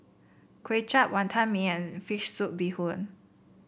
Kway Chap Wonton Mee and fish soup Bee Hoon